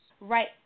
right